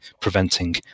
preventing